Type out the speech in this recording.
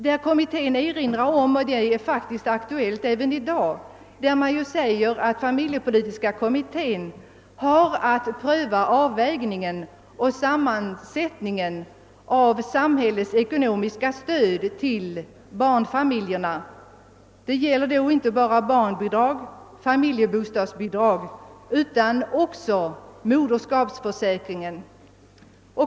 Detta är faktiskt aktuellt även i dag. Man erinrar om att familjepolitiska kommittén har att pröva avvägningen och sammansättningen av samhällets ekonomiska stöd till barnfamiljerna — det gäller då inte bara barnbidrag och familjebostadsbidrag utan också moderskapsförsäkring.